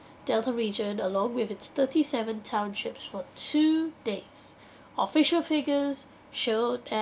delta region along with its thirty seven townships for two days official figures showed that